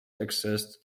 accessed